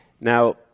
Now